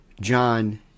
John